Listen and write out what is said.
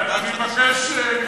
אני מבקש לשמור